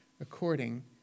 according